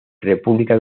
república